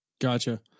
Gotcha